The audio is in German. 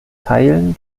teilen